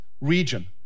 region